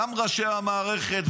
גם ראשי המערכת,